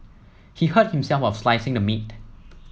he hurt himself while slicing the meat